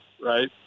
right